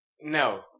No